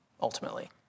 ultimately